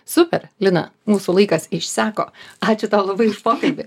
super lina mūsų laikas išseko ačiū tau labai už pokalbį